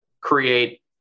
create